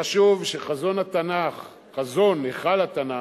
חשוב שחזון התנ"ך, חזון היכל התנ"ך,